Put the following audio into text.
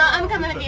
and